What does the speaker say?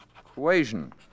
equation